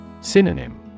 Synonym